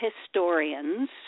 historians